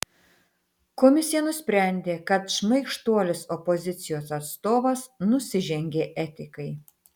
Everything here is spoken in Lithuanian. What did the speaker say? komisija nusprendė kad šmaikštuolis opozicijos atstovas nusižengė etikai